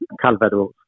Calvados